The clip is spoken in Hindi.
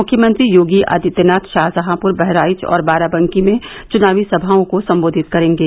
मुख्यमंत्री योगी आदित्यनाथ शाहजहांपुर बहराइच और बाराबंकी में चुनावी सभाओं को सम्बोधित करेंगे